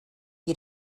you